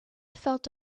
felt